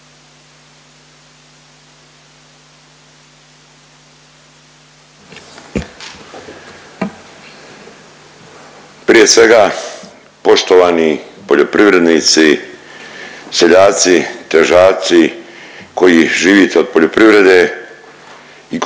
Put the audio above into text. Prije svega poštovani poljoprivrednici, seljaci, težaci koji živite od poljoprivrede i kojima